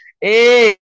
Hey